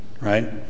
right